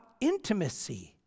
intimacy